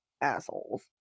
Assholes